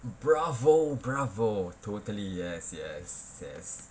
bravo bravo totally yes yes yes